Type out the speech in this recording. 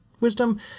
wisdom